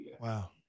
Wow